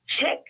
check